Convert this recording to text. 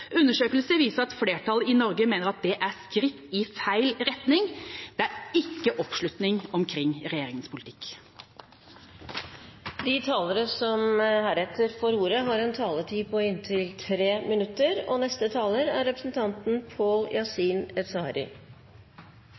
Undersøkelser viser at flertallet i Norge mener at det er skritt i feil retning. Det er ikke oppslutning om regjeringas politikk. De talere som heretter får ordet, har en taletid på inntil 3 minutter. Jeg vil snakke om forslaget om å innføre minstelønn i Norge. Jeg registrerer at representanten